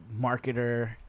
marketer